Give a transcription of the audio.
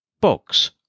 Books